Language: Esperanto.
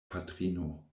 patrino